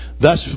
Thus